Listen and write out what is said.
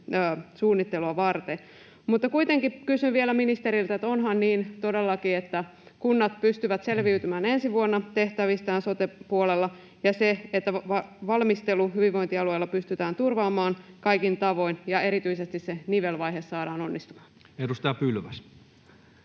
suunnittelua varten. Kuitenkin kysyn vielä ministeriltä: onhan todellakin niin, että kunnat pystyvät selviytymään ensi vuonna tehtävistään sote-puolella ja että valmistelu hyvinvointialueilla pystytään turvaamaan kaikin tavoin ja erityisesti se nivelvaihe saadaan onnistumaan? Edustaja Pylväs.